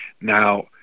Now